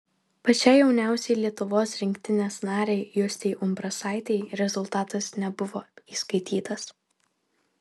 pačiai jauniausiai lietuvos rinktinės narei justei umbrasaitei rezultatas nebuvo įskaitytas